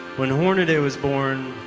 when hornaday was born,